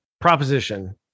proposition